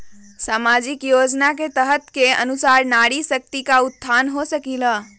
सामाजिक योजना के तहत के अनुशार नारी शकति का उत्थान हो सकील?